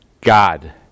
God